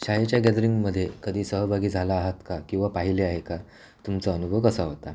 शाळेच्या गॅदरिंगमध्ये कधी सहभागी झाला आहात का किंवा पाहिले आहे का तुमचा अनुभव कसा होता